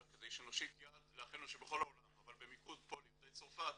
אלא כדי שנושיט יד לאחינו שבכל העולם אבל במיקוד פה ליהודי צרפת